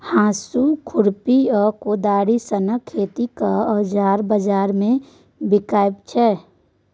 हाँसु, खुरपी आ कोदारि सनक खेतीक औजार बजार मे बिकाइ छै